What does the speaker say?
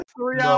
Three